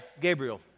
gabriel